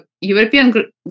European